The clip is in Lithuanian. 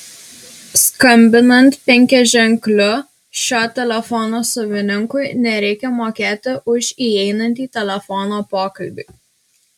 skambinant penkiaženkliu šio telefono savininkui nereikia mokėti už įeinantį telefono pokalbį